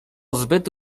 zbyt